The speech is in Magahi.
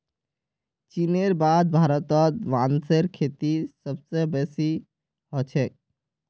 चीनेर बाद भारतत बांसेर खेती सबस बेसी ह छेक